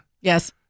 Yes